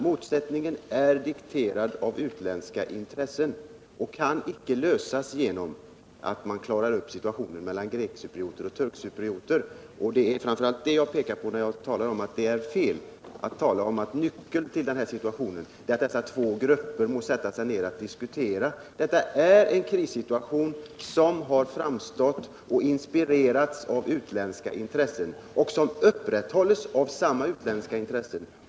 Motsättningen är dikterad av utländska intressen och kan inte lösas genom att man klarar upp situationen mellan grekoch turkcyprioter. Det är framför allt det jag vill peka på när jag säger att det är fel att nyckeln till denna situation är att dessa två grupper sätter sig ner och diskuterar. Detta är en krissituation som har uppstått och inspirerats av utländska intressen — och som nu upprätthålles av samma utländska intressen.